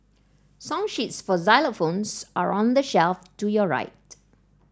song sheets for xylophones are on the shelf to your right